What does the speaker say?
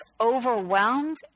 overwhelmed